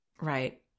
Right